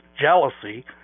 jealousy